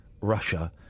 Russia